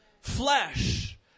flesh